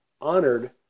honored